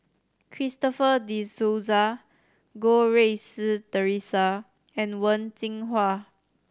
Christopher De Souza Goh Rui Si Theresa and Wen Jinhua